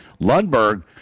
Lundberg